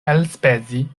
elspezi